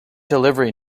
delivery